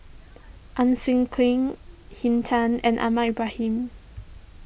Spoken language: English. Ang Swee Aun Henn Tan and Ahmad Ibrahim